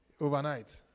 overnight